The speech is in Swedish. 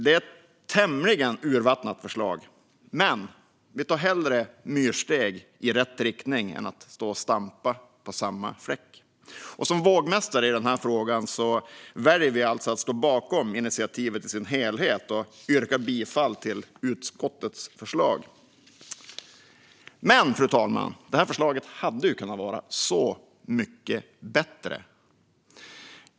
Det är ett tämligen urvattnat förslag, men vi tar hellre myrsteg i rätt riktning än står och stampar på samma fläck. Som vågmästare i den här frågan väljer vi alltså att ställa oss bakom initiativet i dess helhet och yrkar bifall till utskottets förslag. Men, fru talman, det här förslaget hade ju kunnat vara så mycket bättre.